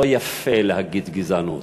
שלא יפה להגיד גזענות.